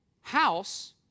house